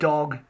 Dog